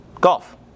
Golf